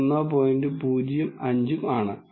05 ഉം ആണ്